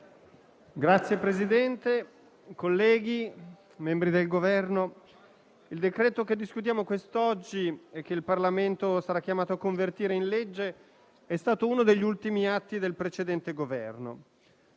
colleghi, signori membri del Governo, il decreto-legge che discutiamo quest'oggi e che il Parlamento sarà chiamato a convertire in legge è stato uno degli ultimi atti del precedente Governo.